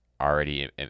already